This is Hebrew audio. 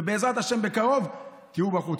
ובעזרת השם בקרוב תהיו בחוץ.